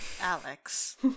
alex